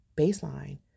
baseline